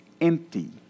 empty